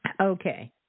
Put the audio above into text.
Okay